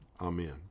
Amen